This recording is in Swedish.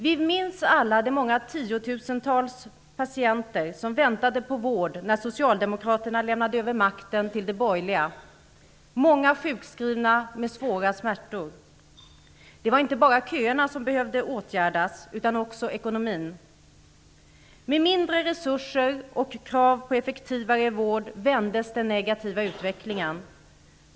Vi minns alla de många tiotusentals patienter som väntade på vård när Socialdemokraterna lämnade över makten till de borgerliga. Många var sjukskrivna och hade svåra smärtor. Det var inte bara köerna som behövde åtgärdas utan också ekonomin. Med mindre resurser och krav på effektivare vård vändes den negativa utvecklingen.